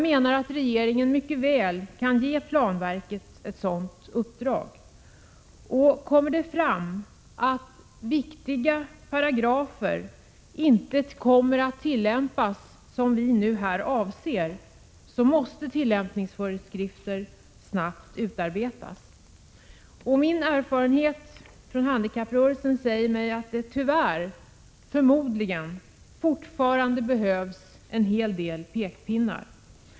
Regeringen skulle mycket väl kunna ge planverket ett sådant uppdrag. Om det visar sig att de viktiga paragrafer som här avses inte kommer att tillämpas måste tillämpningsföreskrifter snabbt utarbetas. Mina erfarenheter från handikapprörelsen säger mig att det fortfarande, tyvärr, behövs en hel del pekpinnar.